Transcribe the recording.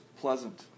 pleasant